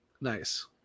Nice